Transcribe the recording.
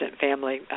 family